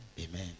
Amen